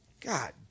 God